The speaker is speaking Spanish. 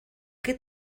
qué